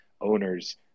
owners